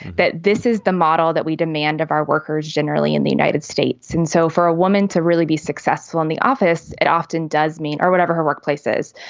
that this is the model that we demand of our workers generally in the united states. and so for a woman to really be successful in the office, it often does mean or whatever her workplaces,